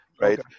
right